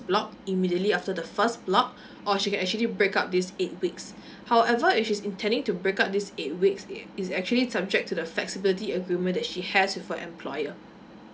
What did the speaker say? block immediately after the first block or she can actually break up this eight weeks however if she's intending to break up this eight weeks it it's actually subject to the flexibility agreement that she has with her employer